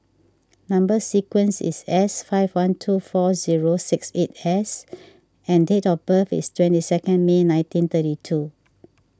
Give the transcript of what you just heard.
Number Sequence is S five one two four zero six eight S and date of birth is twenty second May nineteen thirty two